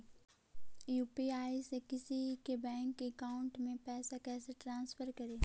UPI से किसी के बैंक अकाउंट में पैसा कैसे ट्रांसफर करी?